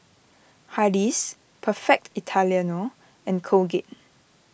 Hardy's Perfect Italiano and Colgate